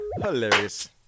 Hilarious